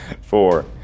four